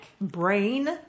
Brain